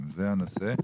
עיסוקים.